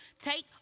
Take